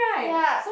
ya